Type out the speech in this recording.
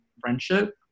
friendship